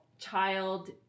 child